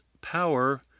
power